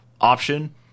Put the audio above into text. option